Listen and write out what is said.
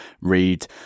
read